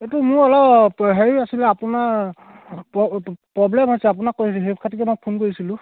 এইটো মোৰ অলপ হেৰি আছিলে আপোনাৰ প্ৰব্লেম আছে আপোনাক সেইখাতিৰত মই ফোন কৰিছিলোঁ